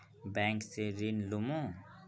Bank से ऋण लुमू?